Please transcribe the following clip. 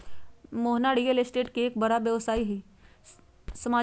Mohana real estate के एक बड़ा व्यवसायी हई